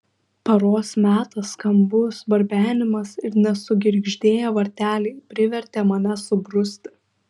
paros metas skambus barbenimas ir nesugirgždėję varteliai privertė mane subruzti